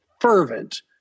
fervent